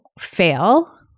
fail